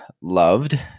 loved